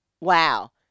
wow